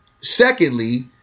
secondly